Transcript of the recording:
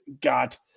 got